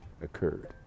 occurred